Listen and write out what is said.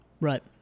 Right